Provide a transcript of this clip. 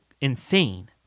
insane